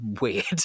weird